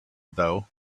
though